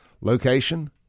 location